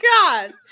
God